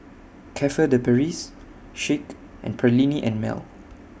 Cafe De Paris Schick and Perllini and Mel